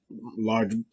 large